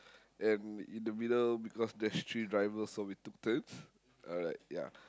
and in the middle because there's three drivers so we took turns I'm like ya